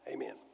Amen